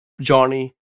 Johnny